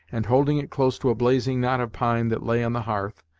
and holding it close to a blazing knot of pine that lay on the hearth,